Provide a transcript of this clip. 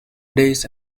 days